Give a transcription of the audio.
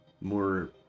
More